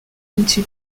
into